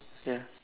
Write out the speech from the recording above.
ya